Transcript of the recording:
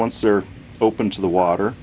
once they're open to the water